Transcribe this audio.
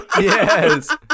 Yes